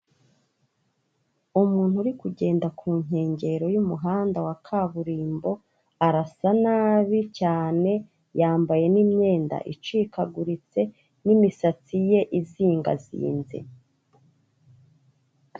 Umuntu uri kugenda ku nkengero y'umuhanda wa kaburimbo, arasa nabi cyane, yambaye n'imyenda icikaguritse n'imisatsi ye izingazinze.